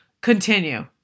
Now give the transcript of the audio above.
Continue